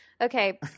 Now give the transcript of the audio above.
Okay